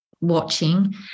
watching